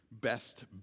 Best